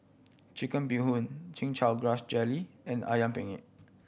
Chicken Bee Hoon Chin Chow Grass Jelly and Ayam Penyet